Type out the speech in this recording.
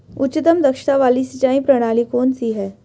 उच्चतम दक्षता वाली सिंचाई प्रणाली कौन सी है?